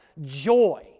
joy